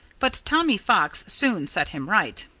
but tommy fox soon set him right.